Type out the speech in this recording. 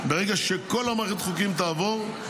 ברגע שכל מערכת החוקים תעבור,